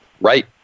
Right